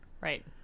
Right